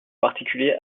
particulier